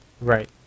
Right